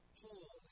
pull